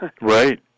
Right